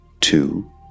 two